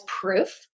proof